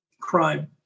crime